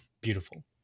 Beautiful